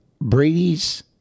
Brady's